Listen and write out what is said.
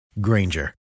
Granger